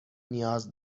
نیاز